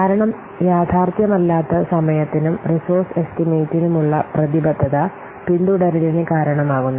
കാരണം യാഥാർത്ഥ്യമല്ലാത്ത സമയത്തിനും റീസോർസ് എസ്റ്റിമേറ്റിനുമുള്ള പ്രതിബദ്ധത പിന്തുടരലിന് കാരണമാകുന്നു